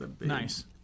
Nice